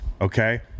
okay